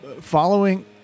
following